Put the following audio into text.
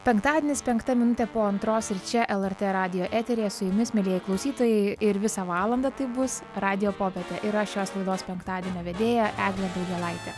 penktadienis penkta minutė po antros ir čia lrt radijo eteryje su jumis mielieji klausytojai ir visą valandą taip bus radijo popietė ir aš šios laidos penktadienio vedėja eglė daugėlaitė